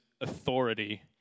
authority